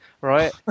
Right